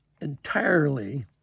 entirely